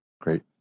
Great